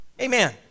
Amen